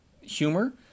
humor